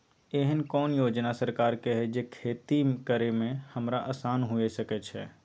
एहन कौय योजना सरकार के है जै खेती करे में हमरा आसान हुए सके छै?